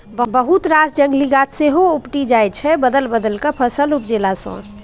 बहुत रास जंगली गाछ सेहो उपटि जाइ छै बदलि बदलि केँ फसल उपजेला सँ